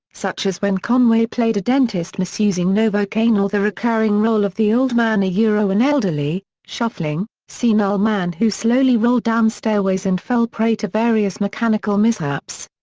such as when conway played a dentist misusing novocain or the recurring role of the old man yeah an and elderly, shuffling, senile man who slowly rolled down stairways and fell prey to various mechanical mishaps.